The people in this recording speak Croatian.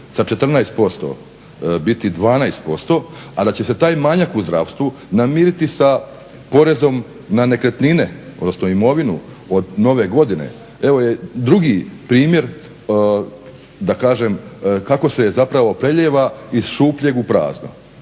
sa 14% biti 12%, a da će se taj manjak u zdravstvu namiriti sa porezom na nekretnine, odnosno imovinu od nove godine evo je drugi primjer da kažem kako se zapravo prelijeva iz šupljeg u prazno.